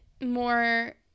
more